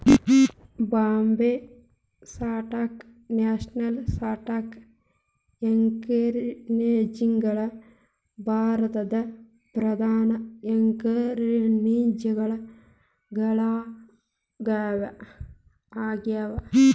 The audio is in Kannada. Bombay stock national stock exchange ಗಳು ಭಾರತದ್ ಪ್ರಧಾನ ಎಕ್ಸ್ಚೇಂಜ್ ಗಳಾಗ್ಯಾವ